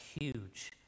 huge